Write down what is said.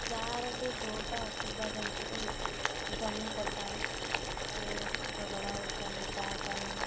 ଯାହାର ବି ଯେଉଁଟା ଅସୁବିଧା ଯେମିତିକି ଜମି ପଟା ପାଇଁ ଝଗଡ଼ା ହେଉଛନ୍ତି ତା'ପାଇଁ